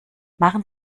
machen